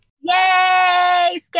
Yay